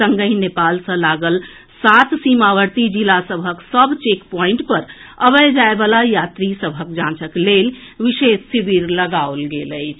संगहि नेपाल सँ लागल सात सीमावर्ती जिला सभक सभ चेक प्वांईट पर अबय जायवला यात्री सभक जांचक लेल विशेष शिविर लगाओल गेल अछि